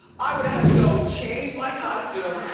i would've had to go change my costume,